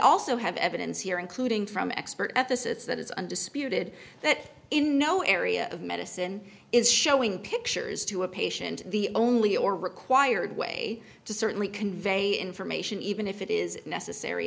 also have evidence here including from expert at this it's that it's undisputed that in no area of medicine is showing pictures to a patient the only or required way to certainly convey information even if it is necessary